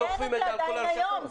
כי אין את זה עדיין היום.